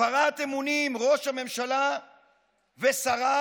הפרת אמונים, ראש הממשלה ושריו